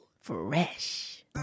Fresh